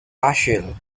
rachel